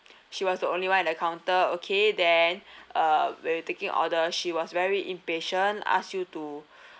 she was the only one at the counter okay then uh when you taking order she was very impatient asked you to